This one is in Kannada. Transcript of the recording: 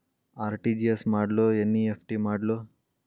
ಆರ್.ಟಿ.ಜಿ.ಎಸ್ ಮಾಡ್ಲೊ ಎನ್.ಇ.ಎಫ್.ಟಿ ಮಾಡ್ಲೊ?